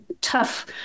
tough